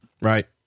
Right